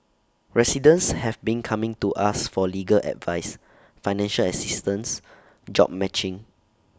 residents have been coming to us for legal advice financial assistance job matching